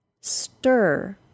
stir